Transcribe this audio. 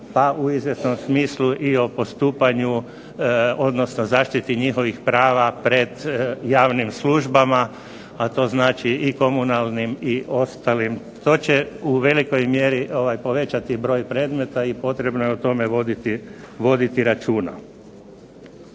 pa u izvjesnom smislu i o postupanju, odnosno zaštiti njihovih prava pred javnih službama, a to znači i komunalnim i ostalim. To će u velikoj mjeri povećati broj predmeta i potrebno je o tome voditi računa.